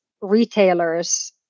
retailers